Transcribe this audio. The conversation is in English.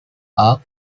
are